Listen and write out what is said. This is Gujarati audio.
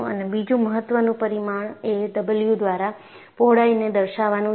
અને બીજું મહત્વનું પરિમાણ એ W દ્વારા પહોળાઈને દર્શાવાનું છે